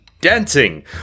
dancing